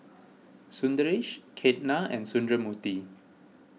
Sundaresh Ketna and Sundramoorthy